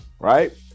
right